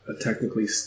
technically